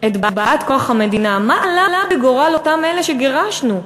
את באת-כוח המדינה, מה עלה בגורל אלה שגירשנו?